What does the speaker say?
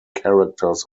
characters